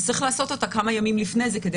צריך לעשות אותה כמה ימים לפני זה כדי